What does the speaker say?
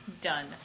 Done